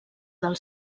del